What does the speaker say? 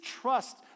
trust